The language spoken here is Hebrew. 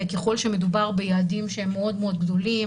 ככל שמדובר ביעדים שהם מאוד מאוד גבוליים,